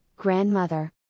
grandmother